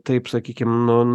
taip sakykim nu